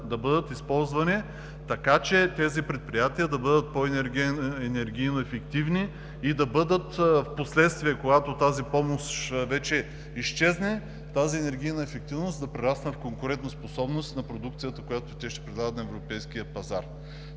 да бъдат използвани, така че тези предприятия да бъдат енергийно по-ефективни и да бъдат впоследствие, когато тази помощ вече изчезне, тази енергийна ефективност да прерасне в конкурентоспособност на продукцията, която те ще предлагат на европейския пазар.